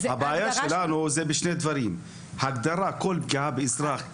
הבעיה שלנו זה בשני דברים: הגדרה כל פגיעה באזרח,